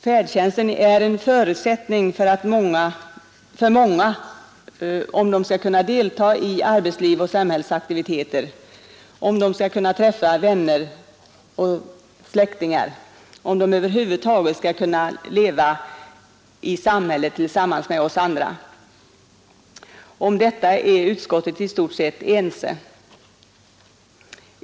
Färdtjänsten är en förutsättning för många om de skall kunna delta i arbetsliv och samhällsaktiviteter, om de skall kunna träffa vänner och släktingar, om de över huvud taget skall kunna leva i samhället tillsammans med oss andra. Om detta är utskottet i stort sett ense.